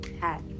hat